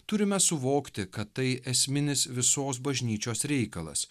turime suvokti kad tai esminis visos bažnyčios reikalas